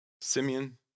Simeon